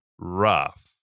rough